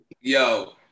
Yo